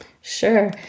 Sure